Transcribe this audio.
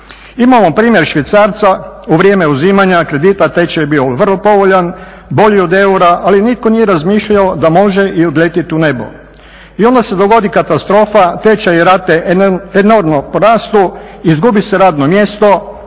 Imamo primjer Švicarca, u vrijeme uzimanja kredita tečaj je bio vrlo povoljan, bolji od eura, ali nitko nije razmišljao da može i odletjeti u nebo i onda se dogodi katastrofa, tečajne rate enormno porastu, izgubi se radno mjesto,